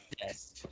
Yes